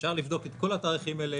אפשר לבדוק את כל התאריכים האלה.